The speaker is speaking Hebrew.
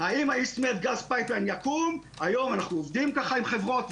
האם- - יקום היום אנחנו עובדים עם חברות.